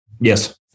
Yes